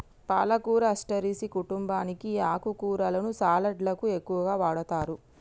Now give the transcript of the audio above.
పాలకూర అస్టెరెసి కుంటుంబానికి ఈ ఆకుకూరలను సలడ్లకు ఎక్కువగా వాడతారు